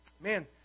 Man